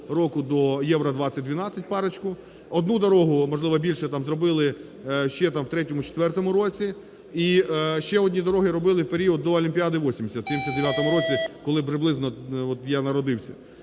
року, до Євро-2012 парочку. Одну дорогу, можливо, більше там зробили, ще там в 2003-2004 році, і ще одні дороги робили в період до Олімпіади-80 в 1979 році, коли приблизно от я народився,